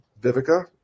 Vivica